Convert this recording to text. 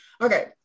Okay